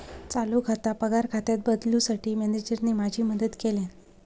चालू खाता पगार खात्यात बदलूंसाठी मॅनेजरने माझी मदत केल्यानं